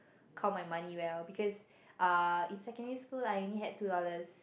count my money well because uh in secondary like I only had two dollars